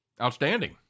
Outstanding